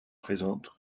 présente